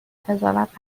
قضاوت